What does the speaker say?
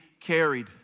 carried